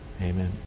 Amen